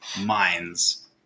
minds